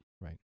Right